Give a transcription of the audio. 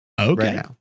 Okay